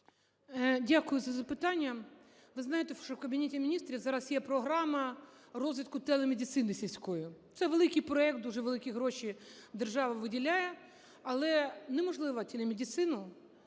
Дякую за запитання. Ви знаєте, що в Кабінеті Міністрів зараз є програма розвитку телемедицини сільської. Це великий проект, дуже великі гроші держава виділяє. Але неможливо телемедицину